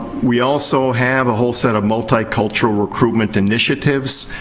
we also have a whole set of multicultural recruitment initiatives.